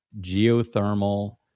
geothermal